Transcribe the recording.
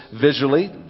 visually